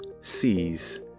sees